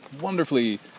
wonderfully